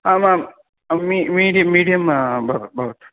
आम् आम् मम मीडि मीडियं भवतु भवतु